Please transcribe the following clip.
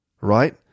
Right